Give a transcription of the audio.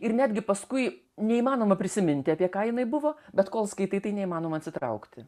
ir netgi paskui neįmanoma prisiminti apie ką jinai buvo bet kol skaitai tai neįmanoma atsitraukti